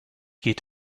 geht